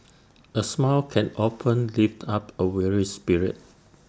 A smile can often lift up A weary spirit